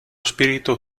spirito